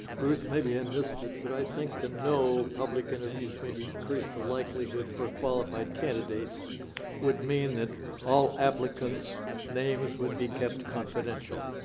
ruth, maybe i missed it, but i think the no public interviews may decrease the likelihood for qualified candidates would mean that all applicants names would be kept confidential.